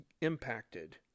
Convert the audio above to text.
impacted